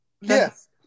Yes